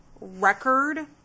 record